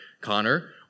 Connor